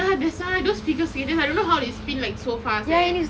ya that's why those figure skaters I don't know how they spin like so fast eh